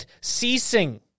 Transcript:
ceasing